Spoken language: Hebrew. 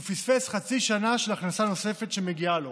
הוא פספס חצי שנה של הכנסה נוספת שמגיעה לו,